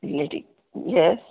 ready yes